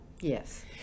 Yes